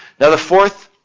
now the fourth,